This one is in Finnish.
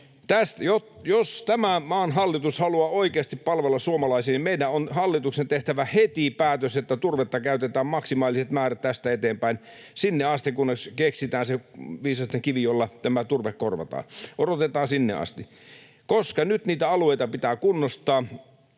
Jos tämän maan hallitus haluaa oikeasti palvella suomalaisia, niin meidän hallituksen on tehtävä heti päätös, että turvetta käytetään maksimaaliset määrät tästä eteenpäin sinne asti, kunnes keksitään se viisastenkivi, jolla tämä turve korvataan — odotetaan sinne asti — koska nyt niitä alueita pitää kunnostaa.